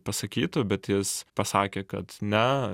pasakytų bet jis pasakė kad ne